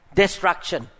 destruction